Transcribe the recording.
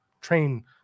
train